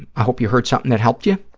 i hope you heard something that helped you,